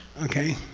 okay?